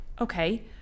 Okay